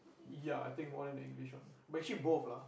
ya I think more than the English one but actually both lah